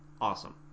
awesome